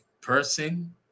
person